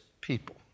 people